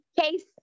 case